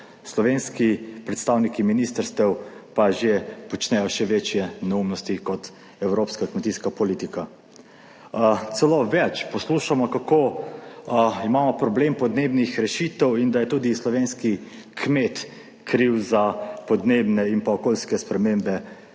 slovenski predstavniki ministrstev pa že počnejo še večje neumnosti kot evropska kmetijska politika. Celo več, poslušamo kako imamo problem podnebnih rešitev in da je tudi slovenski kmet kriv za podnebne in pa okoljske spremembe,